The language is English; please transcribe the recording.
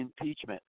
impeachment